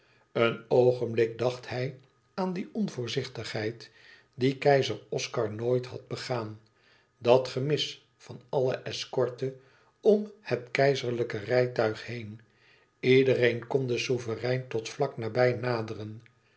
een oogenblik dacht hij aan die onvoorzichtigheid die keizer oscar nooit had begaan dat gemis van alle escorte om het keizerlijke rijtuig heen iedereen kon den souverein tot vlak nabij naderen